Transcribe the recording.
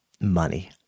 money